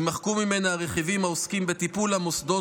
יימחקו ממנה רכיבים העוסקים בטיפול המוסדות